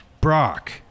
Brock